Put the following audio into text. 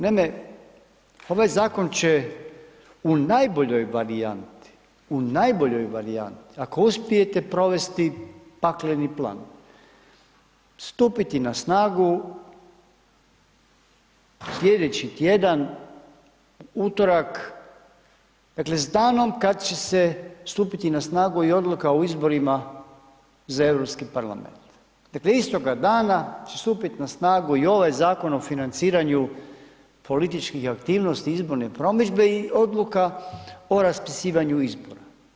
Naime, ovaj zakon će u najboljoj varijanti, u najboljoj varijanti, ako uspijete provesti pakleni plan stupiti na snagu sljedeći tjedna utorak, dakle s danom kada će stupiti na snagu i odluka o izborima za Europski parlament, dakle istoga dana će stupiti na snagu i ovaj Zakon o financiranju političkih aktivnosti i izborne promidžbe i odluka o raspisivanju izbora.